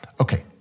Okay